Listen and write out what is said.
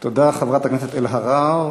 תודה, חברת הכנסת אלהרר.